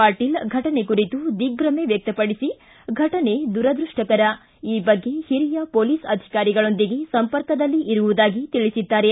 ಪಾಟೀಲ್ ಫಟನೆ ಕುರಿತು ದಿಗ್ಗಮೆ ವ್ಯಕ್ತಪಡಿಸಿ ಫಟನೆ ದುರದುಪ್ಪಕರ ಈ ಬಗ್ಗೆ ಹಿರಿಯ ಮೊಲೀಸ್ ಅಧಿಕಾರಿಗಳೊಂದಿಗೆ ಸಂಪರ್ಕದಲ್ಲಿ ಇರುವುದಾಗಿ ತಿಳಿಸಿದ್ದಾರೆ